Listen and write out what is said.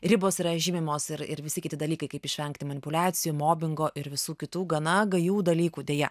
ribos yra žymimos ir ir visi kiti dalykai kaip išvengti manipuliacijų mobingo ir visų kitų gana gajų dalykų deja